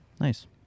Nice